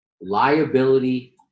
liability